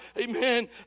Amen